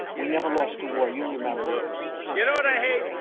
we never lost a war. you remember you know what i hate?